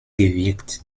gewirkt